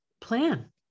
plan